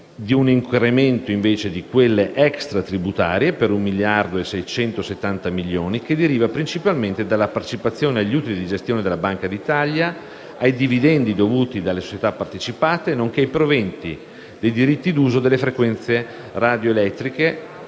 di un incremento di quelle extratributarie per 1 miliardo e 670 milioni, che deriva principalmente dalla partecipazione agli utili di gestione della Banca d'Italia, ai dividendi dovuti dalle società partecipate, nonché ai proventi dei diritti d'uso delle frequenze radioelettriche,